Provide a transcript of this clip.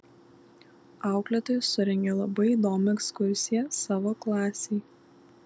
auklėtoja surengė labai įdomią ekskursiją savo klasei